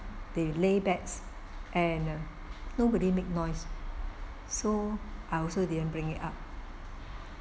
they lay back and nobody make noise so I also didn't bring it up